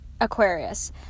Aquarius